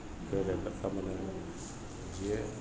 પહેલા કરતાં મને જે